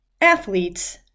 Athletes